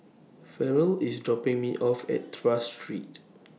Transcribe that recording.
Farrell IS dropping Me off At Tras Street